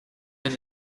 been